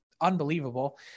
unbelievable